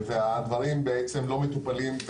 הדברים בעצם לא מטופלים,